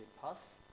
pass